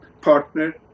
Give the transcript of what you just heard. partner